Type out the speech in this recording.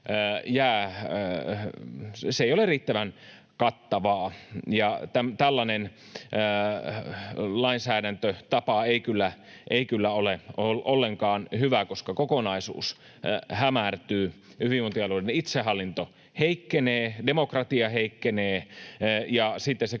Se ei ole riittävän kattavaa. Tällainen lainsäädäntötapa ei kyllä ole ollenkaan hyvä, koska kokonaisuus hämärtyy, hyvinvointialueiden itsehallinto heikkenee, demokratia heikkenee ja sitten se